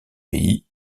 pays